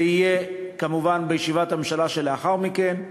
זה יהיה כמובן בישיבת הממשלה שלאחר מכן.